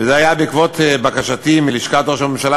וזה היה בעקבות בקשתי מלשכת ראש הממשלה,